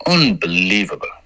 unbelievable